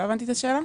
לא הבנתי את השאלה.